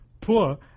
poor